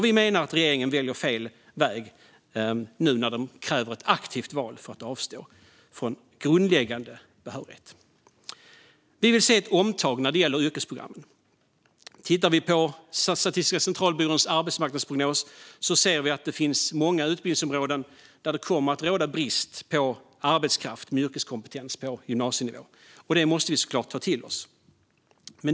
Vi menar att regeringen väljer fel väg nu när den kräver ett aktivt val för att avstå från grundläggande behörighet. Vi vill se ett omtag när det gäller yrkesprogrammen. Om vi tittar på Statistiska centralbyråns arbetsmarknadsprognos ser vi att det finns många utbildningsområden där det kommer att råda brist på arbetskraft med yrkeskompetens på gymnasienivå. Detta måste vi såklart ta till oss.